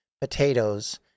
potatoes